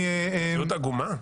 מציאות עגומה.